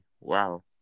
Wow